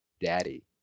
Daddy